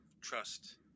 trust